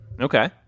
Okay